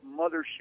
mothership